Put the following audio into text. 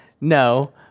No